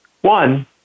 One